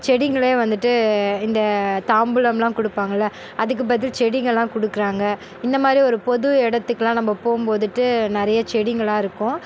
செடிகளே வந்துட்டு இந்த தாம்பூலம்லாம் கொடுப்பாங்கள அதுக்கு பதில் செடிகள்லாம் கொடுக்குறாங்க இந்தமாதிரி ஒரு பொது இடத்துக்குலாம் நம்ம போகும்போதுட்டு நிறைய செடிகலாம் இருக்கும்